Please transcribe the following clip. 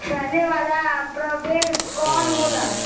फैले वाला प्रभेद कौन होला?